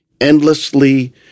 endlessly